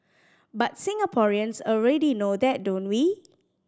but Singaporeans already know that don't we